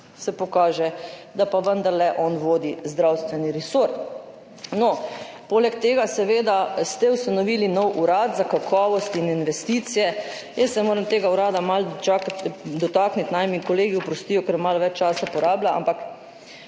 pač pokaže, da pa vendarle on vodi zdravstveni resor. Poleg tega ste seveda ustanovili nov urad za kakovost in investicije. Jaz se moram tega urada malo dotakniti, naj mi kolegi oprostijo, ker bom malo več časa porabila, ampak